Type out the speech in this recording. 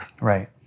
Right